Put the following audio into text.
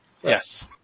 Yes